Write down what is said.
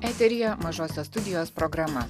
eteryje mažosios studijos programa